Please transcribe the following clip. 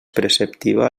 preceptiva